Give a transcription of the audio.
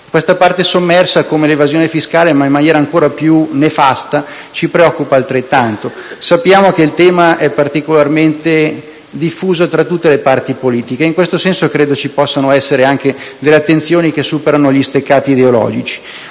quest'ultima, sommersa come l'evasione fiscale ma in maniera ancora più nefasta, ci preoccupa altrettanto. Sappiamo che il tema è particolarmente avvertito tra tutte le parti politiche. In questo senso, credo ci possano essere anche delle attenzioni che superano gli steccati ideologici.